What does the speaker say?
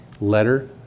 letter